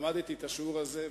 למדתי את השיעור הזה,